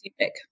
topic